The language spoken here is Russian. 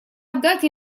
отдать